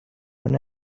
when